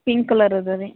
pink colour ಅದವೆ ರೀ